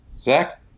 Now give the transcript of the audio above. Zach